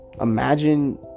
Imagine